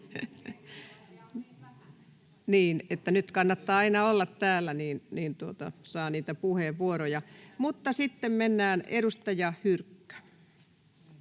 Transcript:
nyt kannattaa aina olla täällä, niin saa puheenvuoroja. — Mutta sitten mennään, edustaja Hyrkkö.